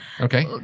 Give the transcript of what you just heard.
Okay